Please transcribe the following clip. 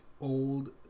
old